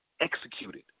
executed